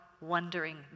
wondering